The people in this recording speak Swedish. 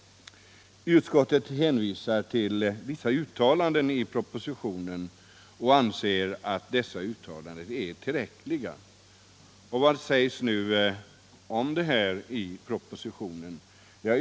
Utskottet hänvisar till vissa uttalanden i propositionen och anser att dessa uttalanden är tillräckliga. Vad sägs nu om detta i propositionen?